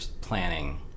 planning